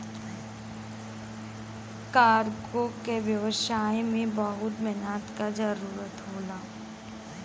cargo के व्यवसाय में बहुत मेहनत क जरुरत होला